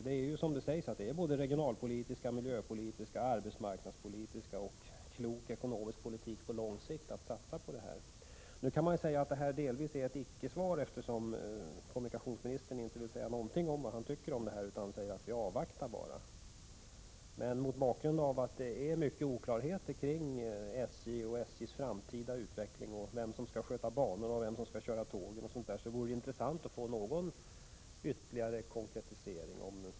Det är ju, som det har sagts, både ur regionalpolitiska, miljöpolitiska och arbetsmarknadspolitiska synpunkter motiverat — och klok ekonomisk politik på lång sikt — att satsa på denna utbyggnad. Nu kan man säga att jag har fått ett icke-svar, eftersom kommunikationsministern inte vill säga någonting om vad han tycker om detta utan bara säger att vi avvaktar. Men mot bakgrund av att det finns många oklarheter kring SJ och SJ:s framtida utveckling — vem som skall sköta banor, vem som skall köra tågen osv. — vore det intressant att få någon ytterligare konkretisering.